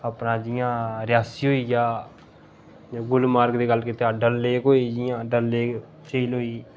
अपना जियां रियासी होई गेआ गुलमर्ग दी गल्ल कीती डल लेक होई गेई जियां डल लेक झील होई गेई